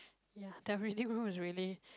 ya their reading room is really